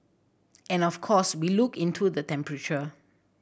and of course we look into the temperature